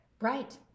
Right